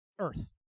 Earth